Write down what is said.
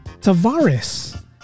Tavares